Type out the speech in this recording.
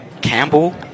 Campbell